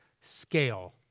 scale